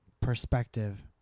perspective